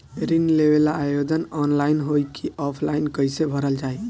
ऋण लेवेला आवेदन ऑनलाइन होई की ऑफलाइन कइसे भरल जाई?